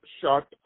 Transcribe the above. shot